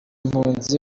mpunzi